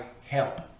help